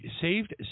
saved